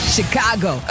Chicago